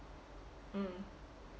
mm